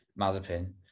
Mazepin